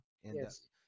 Yes